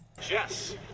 Jess